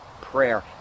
prayer